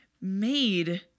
made